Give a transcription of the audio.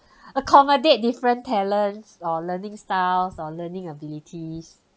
accommodate different talents or learning styles or learning abilities